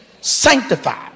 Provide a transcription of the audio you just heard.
sanctified